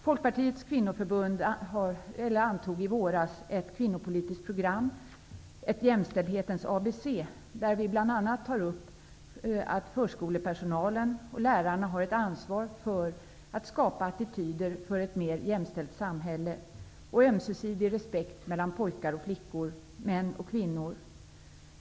Folkpartiets kvinnoförbund antog i våras ett kvinnopolitiskt program -- ett jämställdhetens ABC -- där vi bl.a. tar upp att förskolepersonalen och lärarna har ett ansvar för att skapa attityder för ett mer jämställt samhälle och ömsesidig respekt mellan pojkar och flickor, män och kvinnor.